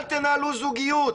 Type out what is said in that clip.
אל תנהלו זוגיות.